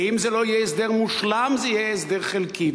ואם זה לא יהיה הסדר מושלם זה יהיה הסדר חלקי,